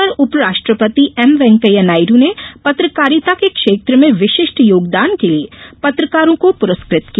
इस अवसर पर उपराष्ट्रपति एम वेंकैया नायडु ने पत्रकारिता के क्षेत्र में विशिष्टि योगदान के लिए पत्रकारों को पुरस्कृत किया